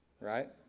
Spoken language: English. right